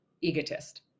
egotist